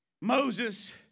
Moses